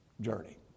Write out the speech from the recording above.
journey